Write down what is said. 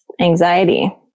anxiety